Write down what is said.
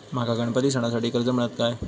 माका गणपती सणासाठी कर्ज मिळत काय?